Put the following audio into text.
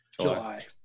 July